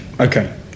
Okay